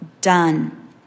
done